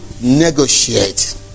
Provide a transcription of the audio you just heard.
negotiate